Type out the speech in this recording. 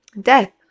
Death